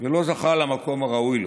ולא זכה למקום הראוי לו.